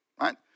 right